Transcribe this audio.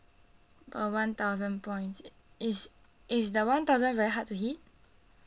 uh one thousand points is is the one thousand very hard to hit